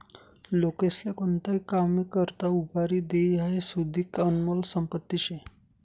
लोकेस्ले कोणताही कामी करता उभारी देनं हाई सुदीक आनमोल संपत्ती शे